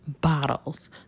Bottles